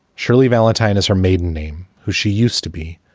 shirley valentine is her maiden name, who she used to be.